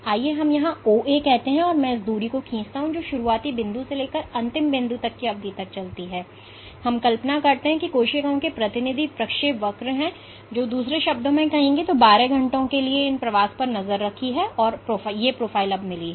आइए हम यहां OA कहते हैं और मैं उस दूरी को खींचता हूं जो शुरुआती बिंदु से लेकर अंतिम बिंदु तक की अवधि तक चलती है और हम कल्पना करते हैं कि ये दोनों एक ही अवधि के लिए ली गई कोशिकाओं के प्रतिनिधि प्रक्षेपवक्र हैं जो दूसरे शब्दों में कहेंगे हमने 12 घंटों के लिए इन कोशिकाओं के प्रवास पर नज़र रखी है और हमें ये प्रोफ़ाइल मिली हैं